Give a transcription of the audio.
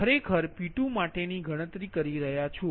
તમે ખરેખર P2માટેની ગણતરી કરી રહ્યા છો